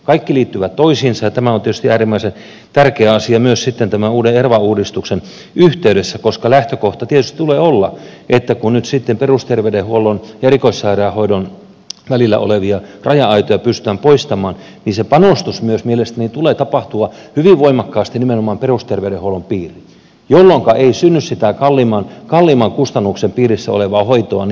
kaikki liittyvät toisiinsa ja tämä on tietysti äärimmäisen tärkeä asia myös sitten tämän uuden erva uudistuksen yhteydessä koska lähtökohtana tietysti tulee olla kun nyt sitten perusterveydenhuollon ja erikoissairaanhoidon välillä olevia raja aitoja pystytään poistamaan että sen panostuksen tulee tapahtua hyvin voimakkaasti nimenomaan perusterveydenhuollon piiriin jolloinka ei synny sitä kalliimman kustannuksen piirissä olevaa hoitoa niin paljon